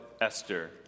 Esther